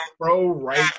pro-right